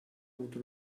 avuto